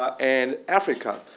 ah and africa.